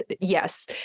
Yes